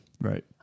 Right